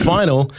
final